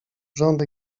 rząd